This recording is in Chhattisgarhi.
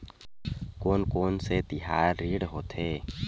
कोन कौन से तिहार ऋण होथे?